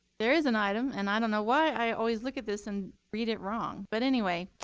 there is an item, and i don't know why i always look at this and read it wrong. but anyway,